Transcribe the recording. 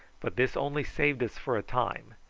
but this only saved us for a time.